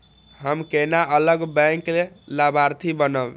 हम केना अलग बैंक लाभार्थी बनब?